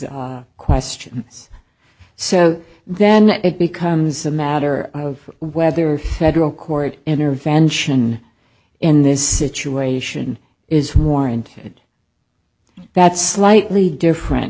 questions so then it becomes a matter of whether federal court intervention in this situation is warranted that's slightly different